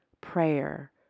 prayer